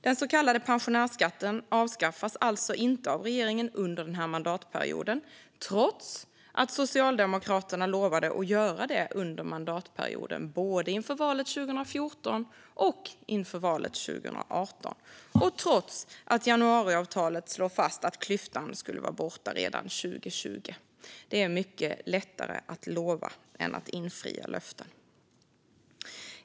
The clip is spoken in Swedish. Den så kallade pensionärsskatten avskaffas alltså inte av regeringen under den här mandatperioden, trots att Socialdemokraterna lovade att göra det under mandatperioden både inför valet 2014 och inför valet 2018 och trots att januariavtalet slog fast att klyftan skulle vara borta redan 2020. Det är mycket lättare att lova än att infria löften.